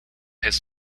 his